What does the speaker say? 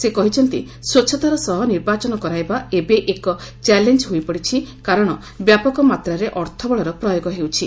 ସେ କହିଛନ୍ତି' ସ୍ୱଚ୍ଚତାର ସହ ନିର୍ବାଚନ କରାଇବା ଏବେ ଏକ ଚ୍ୟାଲେଞ୍ଜ ହୋଇପଡିଛି କାରଣ ବ୍ୟାପକ ମାତ୍ରାରେ ଅର୍ଥବଳର ପ୍ରୟୋଗ ହେଉଛି